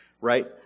right